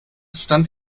stand